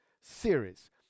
series